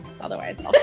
Otherwise